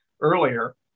earlier